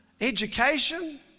education